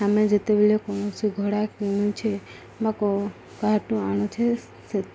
ଆମେ ଯେତେବେଳେ କୌଣସି ଘୋଡ଼ା କିଣୁଛେ ବା କ କାହାଠୁ ଆଣୁଛେ